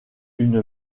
une